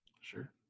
Sure